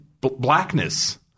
blackness